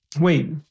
Wait